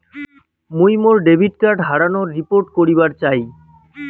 মুই মোর debit card হারানোর রিপোর্ট করিবার চাই